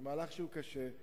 זה מהלך שהוא קשה,